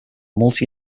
multi